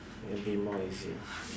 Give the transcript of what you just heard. will be more easy lah